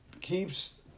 keeps